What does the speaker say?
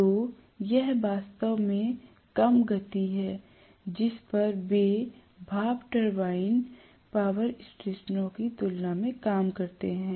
तो यह वास्तव में कम गति हैजिस पर वे भाप टरबाइन पावर स्टेशनों की तुलना में काम करते हैं